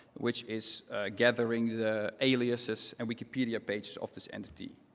which is gathering the aliases and wikipedia pages of this entity.